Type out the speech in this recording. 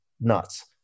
nuts